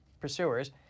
pursuers